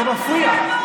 זה מפריע.